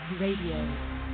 Radio